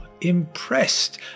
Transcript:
impressed